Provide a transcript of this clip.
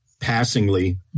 passingly